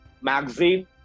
magazine